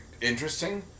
interesting